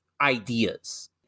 ideas